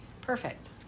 perfect